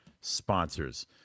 sponsors